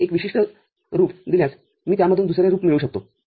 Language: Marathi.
आता एक विशिष्ट रूप दिल्यास मी त्यामधून दुसरे रूप मिळवू शकतो